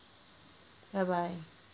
bye bye